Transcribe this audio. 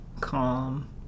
calm